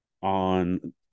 on